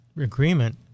agreement